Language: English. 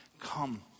come